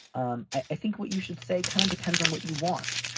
um i think what you should say kind of depends on what you want.